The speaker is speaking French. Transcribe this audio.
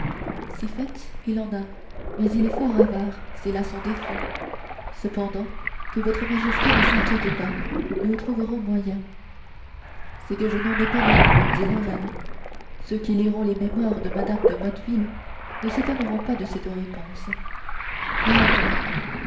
si fait il en a mais il est fort avare c'est là son défaut cependant que votre majesté ne s'inquiète pas nous trouverons moyen c'est que je n'en ai pas non plus dit la reine ceux qui liront les mémoires de mme de motteville ne s'étonneront pas de cette réponse mais attends